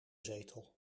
zetel